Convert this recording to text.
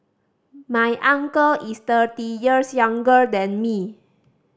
my uncle is thirty years younger than me